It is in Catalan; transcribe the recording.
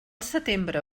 setembre